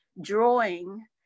drawing